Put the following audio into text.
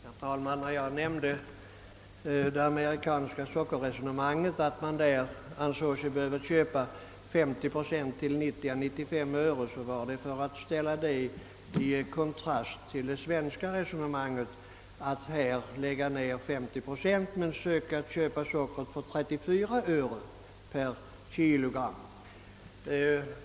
Herr talman! Avsikten med mitt omnämnande av det amerikanska resonemanget beträffande sockerförsörjningen, d.v.s. att man anser sig behöva köpa 50 procent av sitt behov till ett pris av 90—95 öre per kg var att ge en kontrast till den svenska politiken att lägga ned 50 procent av sockerproduktionen men att i stället försöka köpa sockret utifrån för 34 öre per kg.